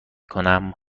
کنم